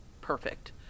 perfect